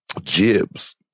Jibs